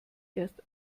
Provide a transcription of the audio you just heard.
erst